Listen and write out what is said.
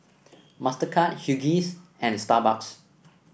Mastercard Huggies and Starbucks